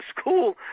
school